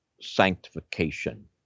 sanctification